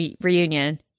reunion